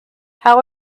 how